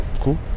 cool